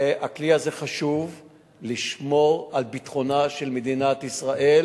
הכלי הזה חשוב לשמירה על ביטחונה של מדינת ישראל.